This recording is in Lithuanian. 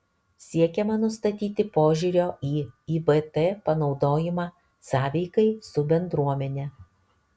siekiama nustatyti požiūrio į ivt panaudojimą sąveikai su bendruomene